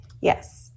Yes